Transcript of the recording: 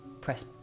press